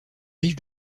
riches